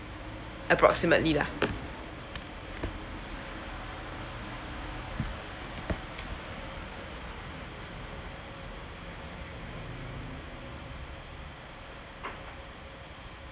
approximately lah